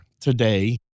today